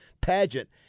pageant